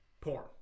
porn